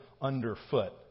underfoot